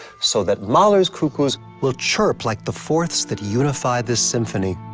so that mahler's cuckoos will chirp like the fourths that unify this symphony.